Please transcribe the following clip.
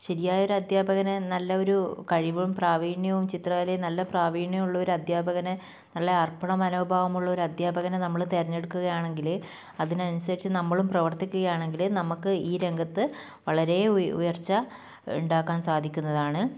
ശരിയായ ഒരധ്യാപകന് നല്ല ഒരു കഴിവും പ്രാവീണ്യവും ചിത്രകലയിൽ നല്ല പ്രാവീണ്യവുമുള്ള ഒരു അധ്യാപകന് നല്ല അർപ്പണ മനോഭാവമുള്ള ഒരധ്യാപകനെ നമ്മൾ തിരഞ്ഞെടുക്കുകയാണെങ്കിൽ അതിനനുസരിച്ച് നമ്മളും പ്രവർത്തിക്കുകയാണെങ്കിൽ നമുക്ക് ഈ രംഗത്ത് വളരെ ഉയർച്ച ഉണ്ടാക്കാൻ സാധിക്കുന്നതാണ്